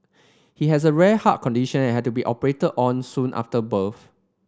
he has a rare heart condition and had to be operated on soon after birth